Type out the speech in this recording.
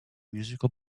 musical